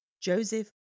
Joseph